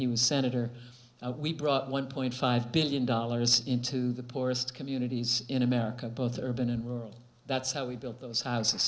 he was senator we brought one point five billion dollars in to the poorest communities in america both urban and rural that's how we built those houses